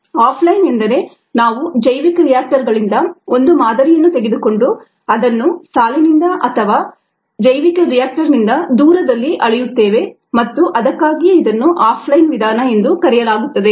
of line ಎಂದರೆ ನಾವು ಜೈವಿಕ ರಿಯಾಕ್ಟರ್ಗಳಿಂದ ಒಂದು ಮಾದರಿಯನ್ನು ತೆಗೆದುಕೊಂಡು ಅದನ್ನು ಸಾಲಿನಿಂದ ಅಥವಾ ಜೈವಿಕ ರಿಯಾಕ್ಟರ್ನಿಂದ ದೂರದಲ್ಲಿ ಅಳೆಯುತ್ತೇವೆ ಮತ್ತು ಅದಕ್ಕಾಗಿಯೇ ಇದನ್ನು ಆಫ್ ಲೈನ್ ವಿಧಾನ ಎಂದು ಕರೆಯಲಾಗುತ್ತದೆ